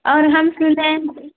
اور ہم سنے ہیں